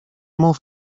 mów